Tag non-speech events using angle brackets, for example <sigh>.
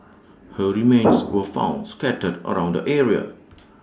her remains <noise> were found scattered around the area